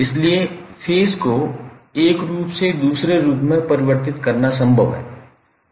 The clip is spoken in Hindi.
इसलिए फेज को एक रूप से दूसरे रूप में परिवर्तित करना संभव है